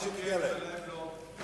למה לגפני כן ולהם לא?